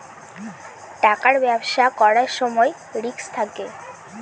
টাকার ব্যবসা করার সময় রিস্ক থাকে